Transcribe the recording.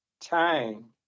time